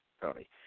Tony